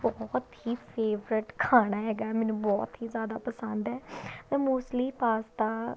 ਉਹ ਬਹੁਤ ਹੀ ਫੇਵਰਿਟ ਖਾਣਾ ਹੈਗਾ ਮੈਨੂੰ ਬਹੁਤ ਹੀ ਜ਼ਿਆਦਾ ਪਸੰਦ ਹੈ ਮੈਂ ਮੋਸਟਲੀ ਪਾਸਤਾ